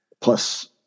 plus